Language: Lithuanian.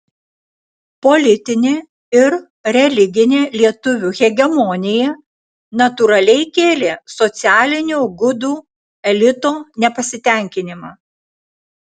politinė ir religinė lietuvių hegemonija natūraliai kėlė socialinio gudų elito nepasitenkinimą